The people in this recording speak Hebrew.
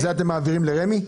זה אתם מעבירים לרמ"י?